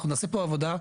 אנחנו נעשה פה עבודה.